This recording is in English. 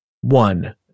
One